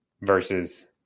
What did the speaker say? versus